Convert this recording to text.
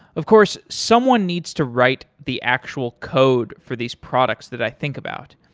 of course, someone needs to write the actual code for these products that i think about.